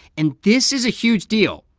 and this is a huge deal.